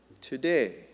Today